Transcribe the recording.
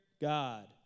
God